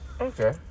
Okay